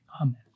Amen